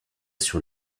sur